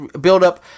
build-up